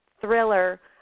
thriller